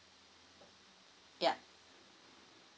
yeah